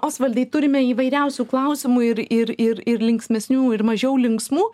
osvaldai turime įvairiausių klausimų ir ir ir ir linksmesnių ir mažiau linksmų